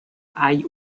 hay